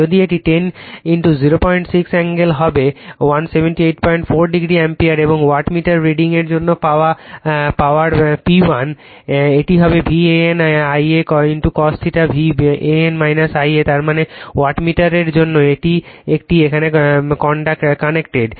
যদি এটি 1006 এ্যঙ্গেল হবে 1784 o অ্যাম্পিয়ার এবং ওয়াটমিটার রিডিং এর জন্য পাওয়ার P1 এটি হবে V AN I a cos θ V AN I a তার মানে এই ওয়াটমিটারের জন্য এটি এখানে কানেক্টেড